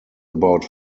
about